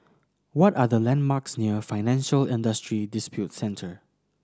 what are the landmarks near Financial Industry Disputes Centre